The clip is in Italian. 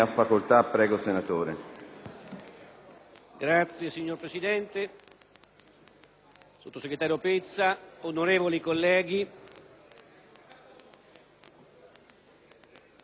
*(PdL)*. Signor Presidente, sottosegretario Pizza, onorevoli colleghi,